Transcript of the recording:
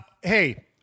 Hey